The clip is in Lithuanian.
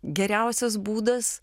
geriausias būdas